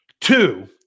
Two